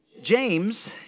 James